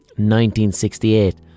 1968